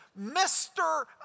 Mr